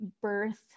birth